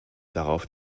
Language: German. darauf